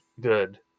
good